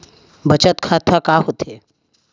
बचत खाता का होथे?